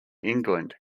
england